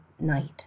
night